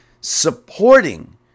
supporting